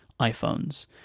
iPhones